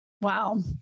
Wow